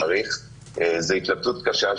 זו התלבטות קשה,